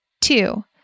Two